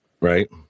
right